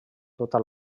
tota